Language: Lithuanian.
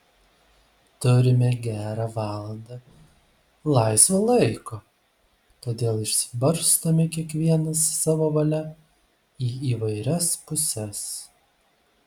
turime gerą valandą laisvo laiko todėl išsibarstome kiekvienas savo valia į įvairias puses